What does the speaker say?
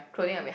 ya